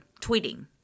tweeting